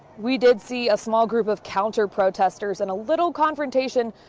we did see a small group of counter protesters and a little confrontation.